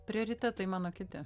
prioritetai mano kiti